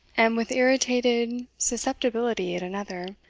and with irritated susceptibility at another,